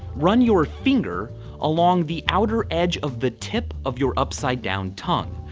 run your finger along the outer edge of the tip of your upside down tongue.